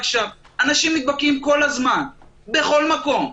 שם אנשים נדבקים כל הזמן בכל מקום,